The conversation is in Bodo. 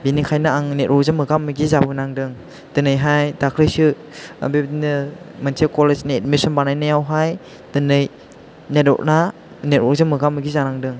बिनिखायनो आं नेटवर्कजों मोगा मोगि जाबो नांदों दिनैहाय दाखालिसो बेबायदिनो मोनसे कलेजनि एडमिसन बानायनायावहाय दिनै नेटवर्कआ नेटवर्कजों मोगा मोगि जांदों